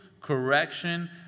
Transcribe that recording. correction